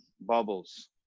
bubbles